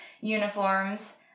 uniforms